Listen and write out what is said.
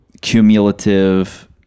cumulative